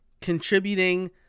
contributing